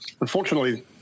Unfortunately